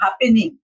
happening